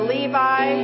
Levi